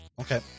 Okay